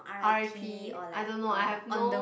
R_I_P I don't know I have no